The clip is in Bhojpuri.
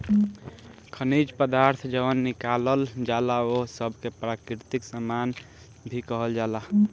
खनिज पदार्थ जवन निकालल जाला ओह सब के प्राकृतिक सामान भी कहल जाला